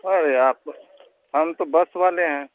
अरे आप हम तो बस वाले हैं